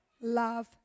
Love